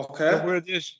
Okay